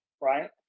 right